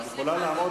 את יכולה לעמוד,